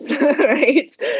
Right